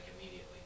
immediately